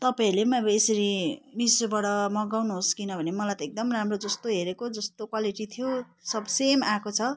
तपाईँहरूले पनि अब यसरी मिसोबाट मगाउनुहोस् किनभने मलाई त एकदम राम्रो जस्तो हेरेको जस्तो क्वालिटी थियो सब सेम आएको छ